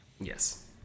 Yes